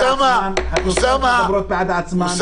התוצאות מדברות בעד עצמן.